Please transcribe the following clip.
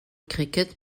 cricket